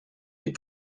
des